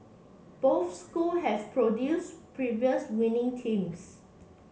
both school have produced previous winning teams